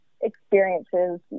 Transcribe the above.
experiences